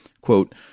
quote